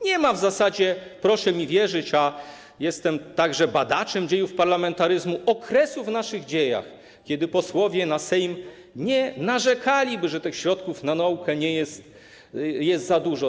Nie ma w zasadzie, proszę mi wierzyć, a jestem także badaczem dziejów parlamentaryzmu, okresu w naszych dziejach, żeby posłowie na Sejm nie narzekali na to, że środków na naukę nie jest za dużo.